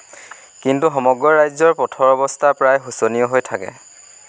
কিন্তু সমগ্ৰ ৰাজ্যৰ পথৰ অৱস্থা প্ৰায়ে শোচনীয় হৈ থাকে